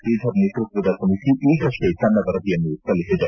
ಶ್ರೀಧರ್ ನೇತೃತ್ವದ ಸಮಿತಿ ಈಗಷ್ಟೇ ತನ್ನ ವರದಿಯನ್ನು ಸಲ್ಲಿಒದೆ